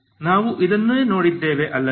ನಾವು ಇದನ್ನು ನೋಡಿದ್ದೇವೆ ಅಲ್ಲವೇ